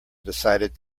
decided